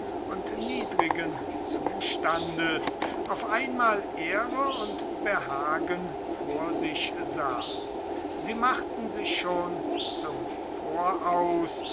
und niedrigen zustandes auf einmal ehre und behagen vor sich sah sie machten sich schon zum voraus